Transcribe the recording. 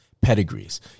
pedigrees